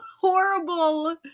horrible